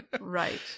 Right